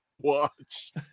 watch